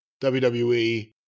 WWE